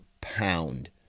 pound